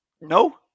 no